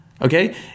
okay